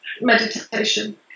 meditation